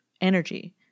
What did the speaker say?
energy